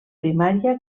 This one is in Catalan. primària